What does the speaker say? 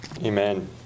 Amen